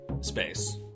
space